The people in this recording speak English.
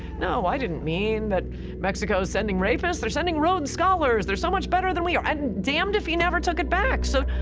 no, i didn't mean that mexico's sending rapists they're sending rhodes scholars, they're so much better than we are. and damned if he never took it back! so,